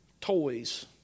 toys